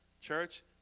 church